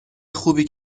خوبی